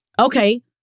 okay